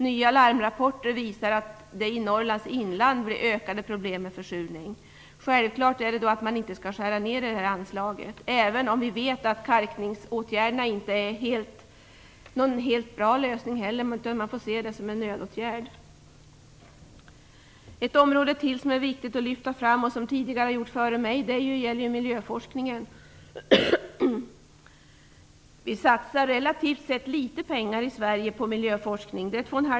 Nya larmrapporter visar att problemen med försurning ökar i Norrlands inland. Självklart skall det här anslaget inte skäras ned, även om kalkningsåtgärderna inte heller är en helt bra lösning. Man får se kalkningen som en nödåtgärd. Ett annat område som det är viktigt att lyfta fram, även om det redan har gjorts, är miljöforskningen.